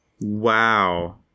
Wow